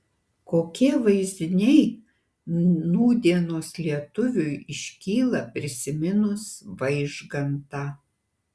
kokie vaizdiniai nūdienos lietuviui iškyla prisiminus vaižgantą